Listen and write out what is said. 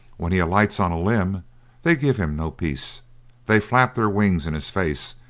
when he alights on a limb they give him no peace they flap their wings in his face,